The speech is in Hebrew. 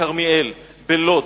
בכרמיאל ובלוד.